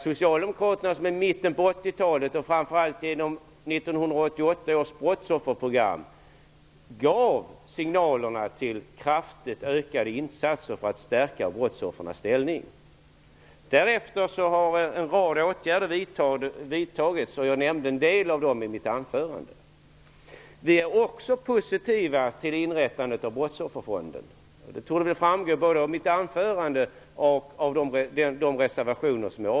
Socialdemokraterna gav i mitten på 80-talet -- framför allt genom 1988 års brottsofferprogram -- signaler till kraftigt ökade insatser för att stärka brottsoffrens ställning. Därefter har en rad åtgärder vidtagits. Jag nämnde en del av dem i mitt anförande. Vi är också positiva till inrättandet av en brottsofferfond. Jag trodde att det framgick både av mitt anförande och av våra reservationer.